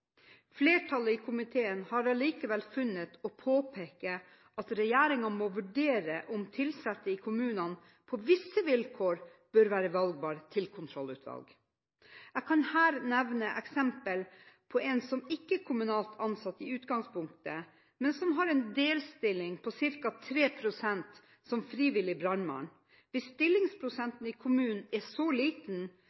Flertallet i komiteen har likevel funnet grunn til å påpeke at regjeringen må vurdere om ansatte i kommunen på visse vilkår bør være valgbare til kontrollutvalget. Jeg kan her nevne et eksempel på en som ikke er kommunalt ansatt i utgangspunktet, men som har en delstilling på ca. 3 pst. som frivillig brannmann.